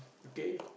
okay